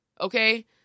Okay